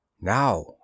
Now